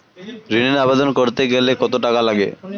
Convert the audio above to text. ঋণের আবেদন করতে গেলে কত টাকা লাগে?